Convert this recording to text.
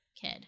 kid